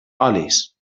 olis